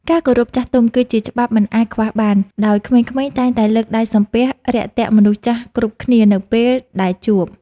ការគោរពចាស់ទុំ គឺជាច្បាប់មិនអាចខ្វះបាន ដោយក្មេងៗតែងតែលើកដៃសំពះរាក់ទាក់មនុស្សចាស់គ្រប់គ្នានៅពេលដែលជួប។